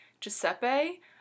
Giuseppe